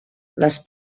les